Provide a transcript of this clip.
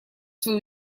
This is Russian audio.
свои